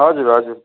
हजुर हजुर